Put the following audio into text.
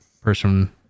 person